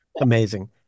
Amazing